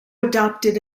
adopted